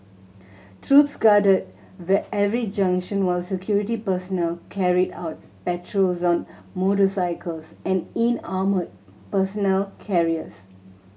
troops guarded every junction while security personnel carried out patrols on motorcycles and in armoured personnel carriers